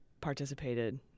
participated